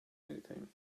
anything